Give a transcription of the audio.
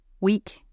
weak